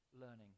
Learning